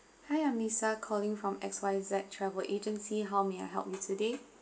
I am lisa calling from X Y Z travel agency how may I help you today